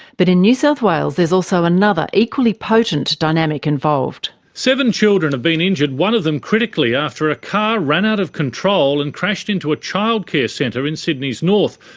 but in new south wales there's also another, equally potent dynamic involved. seven children have been injured, one of them critically, after a car ran out of control and crashed into a childcare centre in sydney's north.